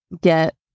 get